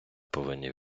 повинні